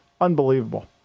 unbelievable